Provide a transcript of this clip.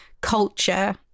culture